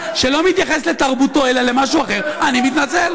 למה אתה מבקש ממנו להתנצל?